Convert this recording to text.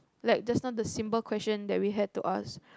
like just now the simple question that we had to ask